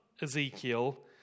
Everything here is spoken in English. Ezekiel